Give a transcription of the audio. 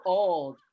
old